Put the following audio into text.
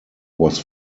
was